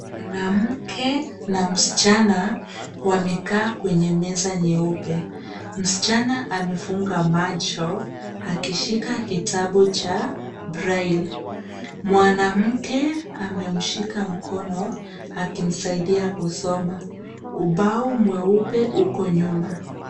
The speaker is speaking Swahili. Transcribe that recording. Mwanamke na msichana wamekaa kwenye meza nyeupe. Msichana amefunga macho akishika kitabu cha braille . Mwanamke amemshika mkono akimsaidia kusoma. Ubao mweupe uko nyuma.